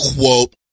quote